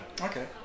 Okay